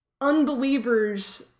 unbelievers